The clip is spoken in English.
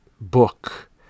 book